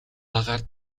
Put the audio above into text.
агаарт